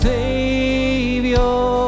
Savior